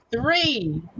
Three